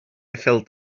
felt